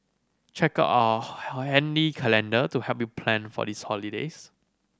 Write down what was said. check out handy calendar to help you plan for these holidays